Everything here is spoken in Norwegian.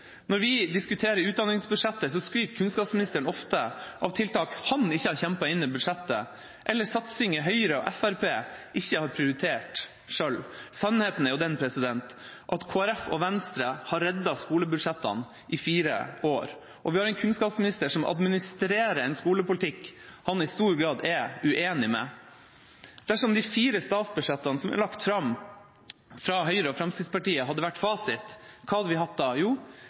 Når vi diskuterer utdanningsbudsjettet, skryter kunnskapsministeren ofte av tiltak han ikke har kjempet inn i budsjettet, eller satsinger Høyre og Fremskrittspartiet ikke har prioritert selv. Sannheten er den at Kristelig Folkeparti og Venstre har reddet skolebudsjettene i fire år. Og vi har en kunnskapsminister som administrerer en skolepolitikk han i stor grad er uenig i. Dersom de fire statsbudsjettene som er lagt fram av Høyre og Fremskrittspartiet, hadde vært fasit, hva hadde vi hatt da? Jo,